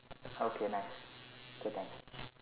okay nice K thanks